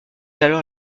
alors